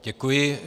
Děkuji.